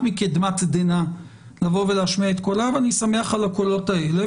מקדמת דנא לבוא ולהשמיע את קולה ואני שמח על הקולות האלה,